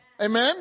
Amen